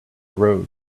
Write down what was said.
road